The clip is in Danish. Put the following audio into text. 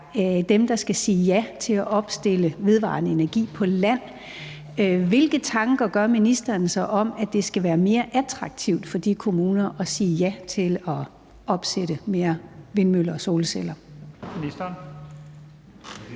dem, der skal sige ja til at opstille vedvarende energi-anlæg på land. Hvilke tanker gør ministeren sig om, at det skal være mere attraktivt for de kommuner at sige ja til at opsætte flere vindmøller og solceller?